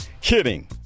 Kidding